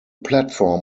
platform